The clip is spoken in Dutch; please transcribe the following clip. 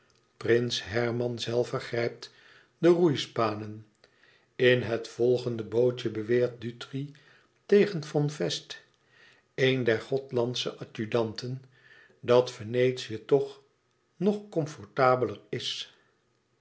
prins herman zelve grijpt de roeispanen in het volgende bootje beweert dutri tegen von fest een der gothlandsche adjudanten dat venetië toch nog comfortabeler is